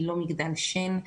היא לא מגדל שן.